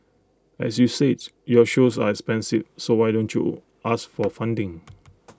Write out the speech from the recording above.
as you says your shows are expensive so why don't you ask for funding